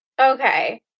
okay